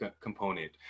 component